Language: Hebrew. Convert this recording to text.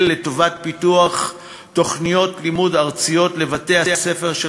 לפיתוח תוכניות לימוד ארציות לבתי-הספר,